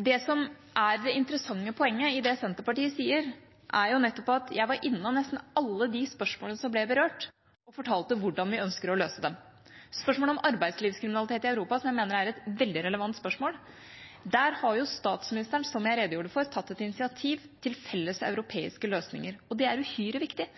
Det som er det interessante poenget i det Senterpartiet sier, er nettopp at jeg var innom nesten alle de spørsmålene som ble berørt, og fortalte hvordan vi ønsker å løse dem. Til spørsmålet om arbeidslivskriminalitet i Europa, som jeg mener er et veldig relevant spørsmål: Der har jo – som jeg redegjorde for – statsministeren tatt et initiativ til felles europeiske løsninger. Og det er uhyre viktig,